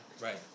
Right